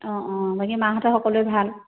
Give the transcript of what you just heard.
অঁ অঁ বাকী মাহঁতৰ সকলোৰে ভাল